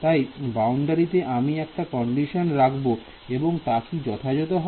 তাই বাউন্ডারিতে আমি একটি কন্ডিশন রাখবো এবং তা কি যথাযথ হবে